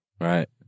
Right